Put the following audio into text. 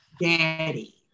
daddy